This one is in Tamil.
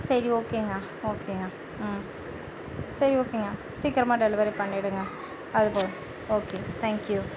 சரி ஓகேங்க ஓகேங்க ம் சரி ஓகேங்க சீக்கிரமாக டெலிவரி பண்ணிவிடுங்க அது போதும் ஓகே தேங்க் யூ